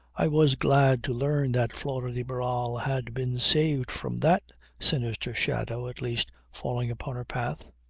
i was glad to learn that flora de barral had been saved from that sinister shadow at least falling upon her path.